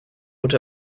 would